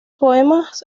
poemas